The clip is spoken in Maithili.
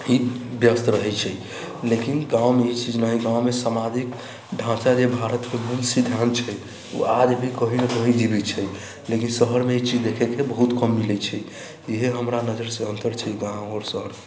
ही व्यस्त रहैत छै लेकिन गाँवमे ई चीज नहि हइ गाँवमे समाजिक ढाँचा जे भारतके मूल सिद्धांत छै ओ आज भी कही ने कही जीबैत छै लेकिन शहरमे ई चीज देखैके बहुत कम मिलैत छै इहे हमरा नजर से अन्तर छै गाँव आओर शहरके